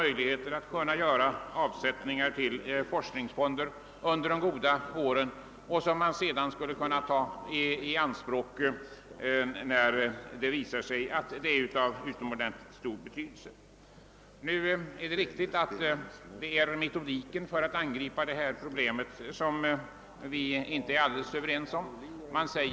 Möjligheter skulle alltså öppnas att göra avsättning till forskningsfonder under goda år och använda medlen när detta visar sig vara betydelsefullt. Det är i fråga om metodiken för att angripa problemet som vi inte är alldeles överens.